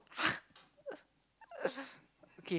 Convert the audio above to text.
okay